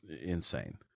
insane